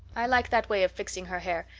i like that way of fixing her hair.